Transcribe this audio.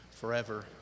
forever